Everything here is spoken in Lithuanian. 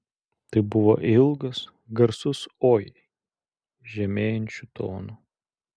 tai buvo ilgas garsus oi žemėjančiu tonu